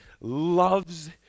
loves